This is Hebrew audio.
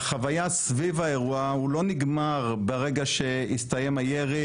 והחוויה סביב האירוע הוא לא נגמר ברגע שהסתיים הירי